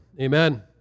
Amen